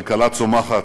כלכלה צומחת,